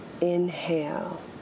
inhale